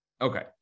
Okay